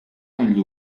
negli